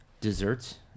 desserts